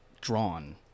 drawn